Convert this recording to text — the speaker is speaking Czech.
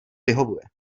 vyhovuje